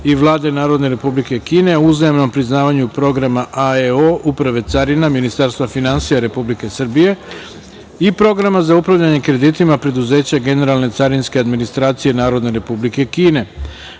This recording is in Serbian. i Vlade Narodne Republike Kine o uzajamnom priznavanju Programa AEO Uprave carina Ministarstva finansija Republike Srbije i Programa za upravljanje kreditima preduzeća Generalne carinske administracije Narodne Republike Kine,